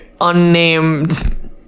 unnamed